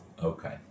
Okay